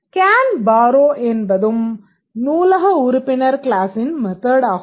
can borrow என்பதும் நூலக உறுப்பினர் க்ளாஸின் மெத்தட் ஆகும்